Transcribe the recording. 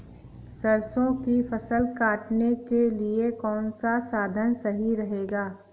सरसो की फसल काटने के लिए कौन सा साधन सही रहेगा?